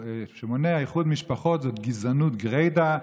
שמונע איחוד משפחות זאת גזענות גרידא.